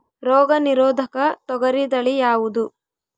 ರೋಗ ನಿರೋಧಕ ತೊಗರಿ ತಳಿ ಯಾವುದು?